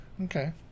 Okay